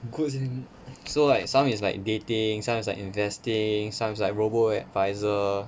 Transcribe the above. good sia so like some is like dating some is like investing some is like robo adviser